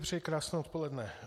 Přeji krásné odpoledne.